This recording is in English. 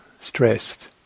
stressed